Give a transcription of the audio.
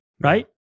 right